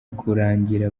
kurangira